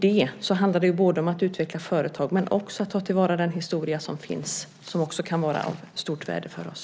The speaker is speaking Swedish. Det handlar både om att utveckla företag och om att ta till vara den historia som finns, som också kan vara av stort värde för oss.